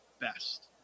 Best